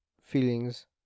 feelings